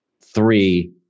three